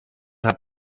hat